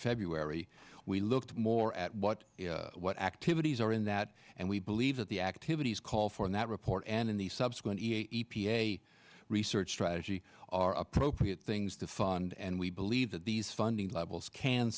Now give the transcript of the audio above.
february we looked more at what what activities are in that and we believe that the activities call for that report and in the subsequent e p a research strategy are appropriate things to fund and we believe that these funding levels can